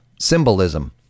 symbolism